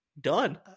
Done